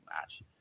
match